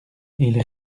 ils